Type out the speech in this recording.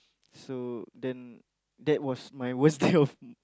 so then that was my worst day of my